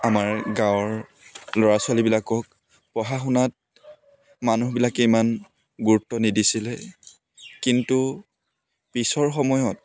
আমাৰ গাঁৱৰ ল'ৰা ছোৱালীবিলাকক পঢ়া শুনাত মানুহবিলাকে ইমান গুৰুত্ব নিদিছিলে কিন্তু পিছৰ সময়ত